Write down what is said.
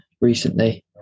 recently